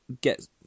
get